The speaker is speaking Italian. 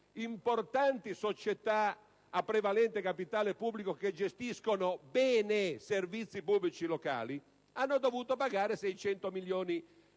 importanti società a prevalente capitale pubblico, che gestiscono bene servizi pubblici locali, hanno dovuto pagare 600 milioni di